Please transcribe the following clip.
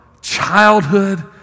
childhood